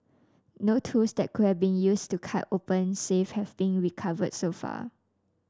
no tools that could have been used to cut open safe have been recovered so far